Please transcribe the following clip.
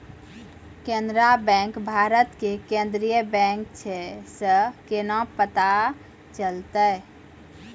Canara bank Bharat के केन्द्रीय bank छै से केना पता चलतै?